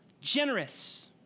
generous